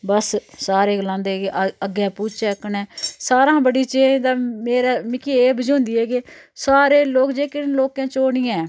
बस सारे गलांदे कि अग्गें पुज्जचै कन्नै सारें हा बड्डी चेंज़ मेरे मिगी एह् बझोंदी ऐ कि सारे लोक जेह्के न लोकें च ओह् नी ऐ